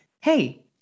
Hey